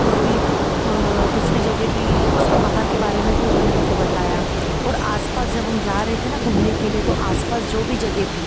और भी दूसरी जगह भी उसके बाहर के बारे में भी उन्होंने हमको बताया और आस पास जब हम जा रहे थे ना घूमने के लिए तो आस पास जो भी जगह थी